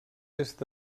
est